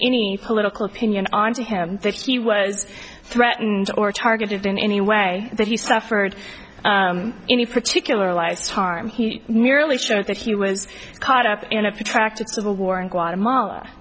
any political opinion on to him he was threatened or targeted in any way that he suffered any particular lies time he merely showed that he was caught up in a few track to civil war in guatemala